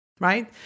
right